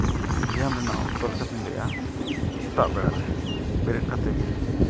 ᱡᱤᱭᱚᱱ ᱨᱮᱱᱟᱜ ᱚᱠᱛᱚ ᱞᱮᱠᱟᱛᱤᱧ ᱞᱟᱹᱭᱟ ᱥᱮᱛᱟᱜ ᱵᱮᱲᱟᱨᱮ ᱵᱮᱨᱮᱫ ᱠᱟᱛᱮᱫ ᱜᱮ